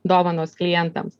dovanos klientams